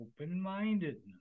open-mindedness